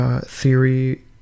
theory